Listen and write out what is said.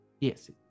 Yes